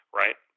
right